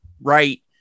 right